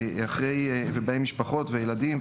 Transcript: בהם משפחות וילדים.